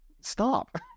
Stop